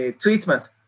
treatment